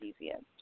easiest